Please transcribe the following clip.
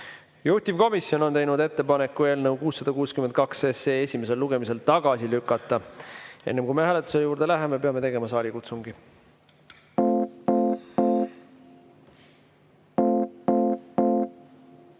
Juhtivkomisjon on teinud ettepaneku eelnõu 662 esimesel lugemisel tagasi lükata. Enne kui me hääletuse juurde läheme, peame tegema saalikutsungi. Head